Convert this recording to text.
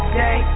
day